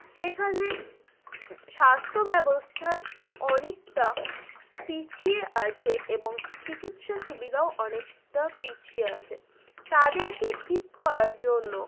সেখানে স্বাস্থ্য ব্যবস্থার অনেকটা পিছিয়ে আছে এবং চিকিৎসা সুবিধাও অনেকটা পিছিয়ে আছে তাদেরকে ঠিক করার জন্য